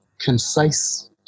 concise